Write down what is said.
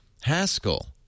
haskell